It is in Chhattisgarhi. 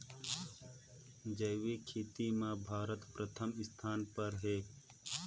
जैविक खेती म भारत प्रथम स्थान पर हे